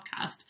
podcast